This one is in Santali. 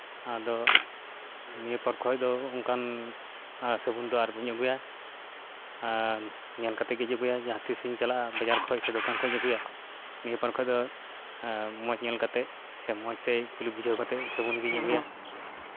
ᱟᱫᱚ ᱱᱤᱭᱟᱹ ᱯᱮᱨ ᱠᱷᱚᱡ ᱫᱚ ᱚᱝᱠᱟᱱ ᱥᱟᱵᱚᱱ ᱫᱚ ᱟᱨ ᱵᱟᱹᱧ ᱟ ᱜᱩᱭᱟ ᱧᱮᱞ ᱠᱟᱛᱮᱜᱤᱧ ᱟᱜᱩᱭᱟ ᱡᱟᱦᱟᱸ ᱛᱤᱥᱤᱧ ᱪᱟᱞᱟᱜᱼᱟ ᱵᱟᱡᱟᱨᱠᱚ ᱥᱮ ᱫᱚᱠᱟᱱ ᱠᱷᱚᱡ ᱤᱧ ᱟᱜᱩᱭᱟ ᱱᱤᱭᱟᱹ ᱯᱚᱨ ᱠᱷᱚᱡ ᱫᱚ ᱢᱚᱡᱽ ᱧᱮᱞ ᱠᱟᱛᱮᱫ ᱥᱮ ᱢᱚᱡᱽ ᱛᱮ ᱠᱩᱞᱤ ᱵᱩᱡᱷᱟᱹᱣ ᱠᱟᱛᱮᱫ ᱥᱟᱵᱚᱱ ᱜᱤᱧ ᱟᱹᱜᱩᱭᱟ